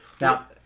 Now